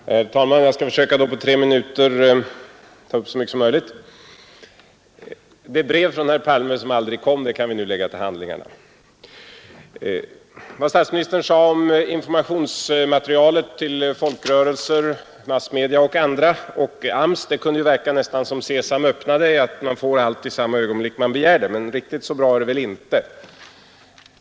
Herr talman! Jag skall här försöka att på tre minuter få med så mycket som möjligt. Det brev från herr Palme som aldrig kom kan vi nu lägga till handlingarna. Vad statsministern sade om informationsmaterialet till folkrörelser, massmedier, AMS och andra kan ju verka nästan som ett Sesam, öppna dig — alltså som om man får allt i samma ögonblick man begär det. Men riktigt så bra är det väl inte.